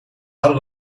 hadden